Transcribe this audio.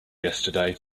yesterday